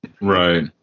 Right